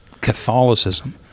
Catholicism